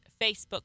Facebook